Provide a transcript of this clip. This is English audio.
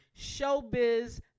Showbiz